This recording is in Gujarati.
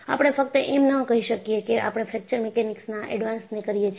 આપણે ફક્ત એમ ન કહી શકીએ કે આપણે ફ્રેફ્રેકચર મિકેનિક્સ ના એડવાન્સ ને કરીએ છીએ